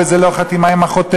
וזו לא חתימה עם החותמת,